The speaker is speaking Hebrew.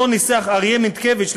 שניסח אריה מינטקביץ׳,